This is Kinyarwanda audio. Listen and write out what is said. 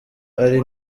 ari